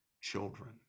children